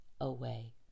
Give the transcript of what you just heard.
away